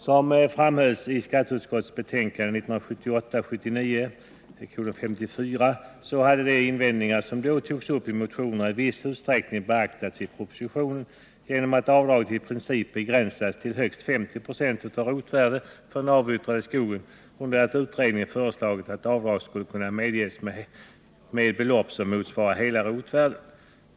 Som framhölls i skatteutskottets betänkande 1978/79:54 hade de invändningar som då togs upp i motionerna i viss utsträckning beaktats i propositionen genom att avdraget i princip begränsades till högst 50 96 av rotvärdet för den avyttrade skogen, under det att utredningen föreslagit att avdrag skulle kunna medges med belopp som motsvarade hela rotvärdet.